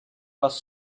was